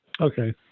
Okay